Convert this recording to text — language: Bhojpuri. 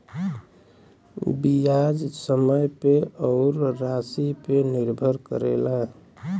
बियाज समय पे अउर रासी पे निर्भर करेला